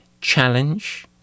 challenge